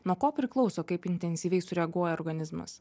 nuo ko priklauso kaip intensyviai sureaguoja organizmas